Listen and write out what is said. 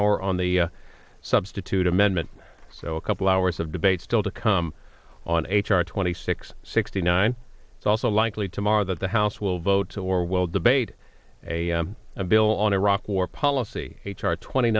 hour on the substitute amendment so a couple hours of debate still to come on h r twenty six sixty nine it's also likely tomorrow that the house will vote or will debate a bill on iraq war policy h r twenty